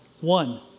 One